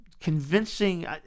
convincing